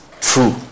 true